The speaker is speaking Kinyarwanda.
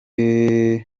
impungenge